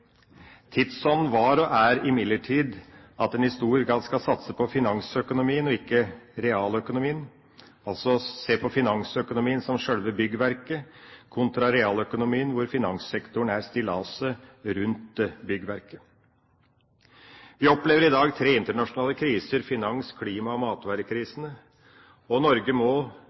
var og er imidlertid at en i stor grad skal satse på finansøkonomien og ikke realøkonomien, altså se på finansøkonomien som sjølve byggverket kontra realøkonomien, hvor finanssektoren er stillaset rundt byggverket. Vi opplever i dag tre internasjonale kriser, finanskrisen, klimakrisen og matvarekrisen, og Norge må